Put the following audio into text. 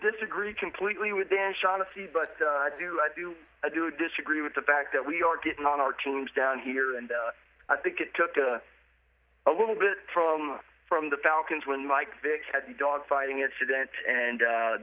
disagree completely with dan shaughnessy but i do i do i do disagree with the fact that we are getting on our teams down here and i think it took a little bit from from the falcons when mike vick had the dogfighting incident and